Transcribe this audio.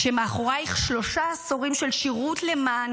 כשמאחורייך שלושה עשורים של שירות למען